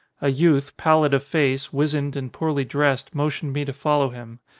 a youth, pallid of face, wizened, and poorly dressed, motioned me to follow him.